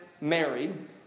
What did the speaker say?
married